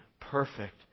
perfect